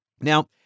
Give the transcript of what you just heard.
Now